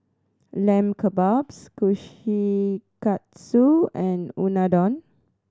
Lamb Kebabs Kushikatsu and Unadon